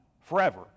forever